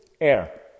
Air